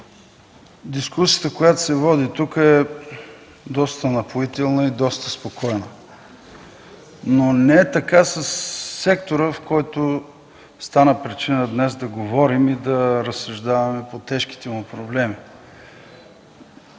Дискусията, която се води тук, е доста напоителна и доста спокойна, но не е така със сектора, който стана причина днес да говорим и разсъждаваме по тежките му проблеми.